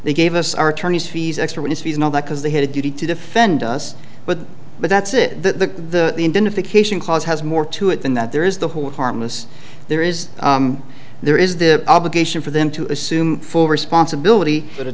they gave us our attorneys fees extra ministries and all that because they had a duty to defend us but but that's it the indemnification cause has more to it than that there is the hold harmless there is there is the obligation for them to assume full responsibility for the